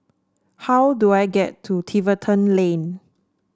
how do I get to Tiverton Lane